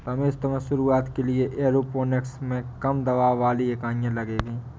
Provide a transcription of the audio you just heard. रमेश तुम्हें शुरुआत के लिए एरोपोनिक्स में कम दबाव वाली इकाइयां लगेगी